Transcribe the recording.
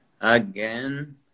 again